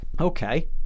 okay